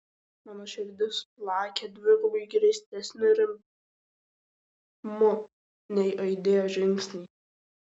mano širdis plakė dvigubai greitesniu ritmu nei aidėjo žingsniai